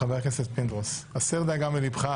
חבר הכנסת פינדרוס, הסר דאגה מלבך.